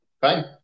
Fine